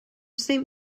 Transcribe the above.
saint